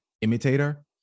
imitator